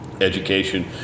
education